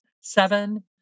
seven